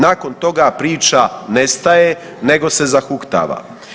Nakon toga priča ne staje, nego se zahuktava.